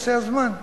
יעשה הזמן.